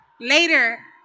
Later